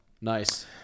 nice